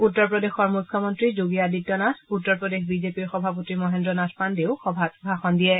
উত্তৰ প্ৰদেশৰ মুখ্যমন্ত্ৰী যোগী আদিত্য নাথ উত্তৰ প্ৰদেশ বিজেপিৰ সভাপতি মহেন্দ্ৰ নাথ পাণ্ডেও সভাত ভাষণ দিয়ে